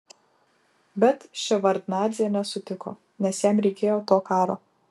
bet ševardnadzė nesutiko nes jam reikėjo to karo